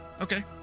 okay